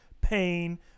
pain